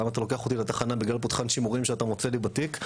למה אתה לוקח אותי לתחנה בגלל פותחן שימורים שאתה מוצא לי בתיק.